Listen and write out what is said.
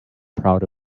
proud